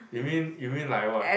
you mean you mean like what